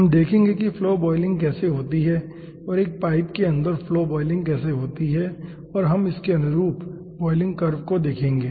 हम देखेंगे कि फ्लो बॉयलिंग कैसे होती है और एक पाइप के अंदर फ्लो बॉयलिंग कैसे होती है और हम इसके अनुरूप बॉयलिंग कर्व को देखेंगे